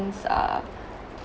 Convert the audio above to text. uh